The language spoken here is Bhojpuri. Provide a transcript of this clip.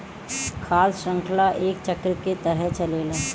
खाद्य शृंखला एक चक्र के तरह चलेला